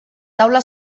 taula